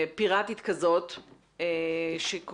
פירטית כזאת שקורית,